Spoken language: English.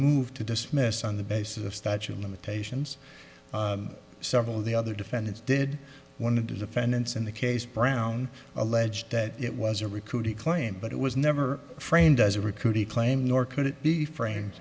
move to dismiss on the basis of statute of limitations several of the other defendants did one of the defendants in the case brown alleged that it was a recruiting claim but it was never framed as a recruiting claim nor could it be fr